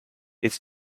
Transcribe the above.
its